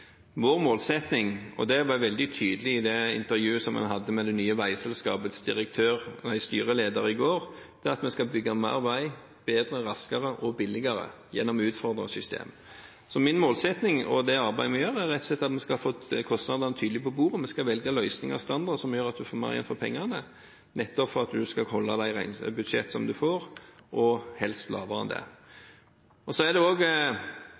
Vår målsetting – og det var veldig tydelig i det intervjuet jeg hadde med det nye veiselskapets styreleder i går – er at vi skal bygge mer vei bedre, raskere og billigere gjennom utfordrende system. Min målsetting med det arbeidet vi gjør, er rett og slett at vi skal få kostnadene tydelig på bordet. Vi skal velge løsninger og standarder som gjør at vi får mer igjen for pengene nettopp for at man skal holde budsjettet man får, og helst lavere enn det. Det er også verdt å minne om at når det